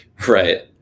Right